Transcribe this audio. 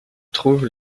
trouve